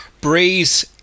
Breeze